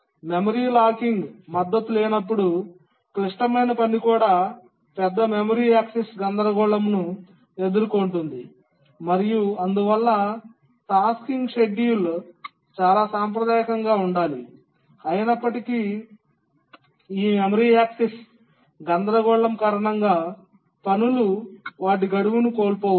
memory locking మద్దతు లేనప్పుడు క్లిష్టమైన పని కూడా పెద్ద మెమరీ యాక్సెస్ గందరగోళంను ఎదుర్కొంటుంది మరియు అందువల్ల టాస్కింగ్ షెడ్యూల్ చాలా సాంప్రదాయికంగా ఉండాలి అయినప్పటికీ ఈ మెమరీ యాక్సెస్ గందరగోళం కారణంగా పనులు వాటి గడువును కోల్పోవచ్చు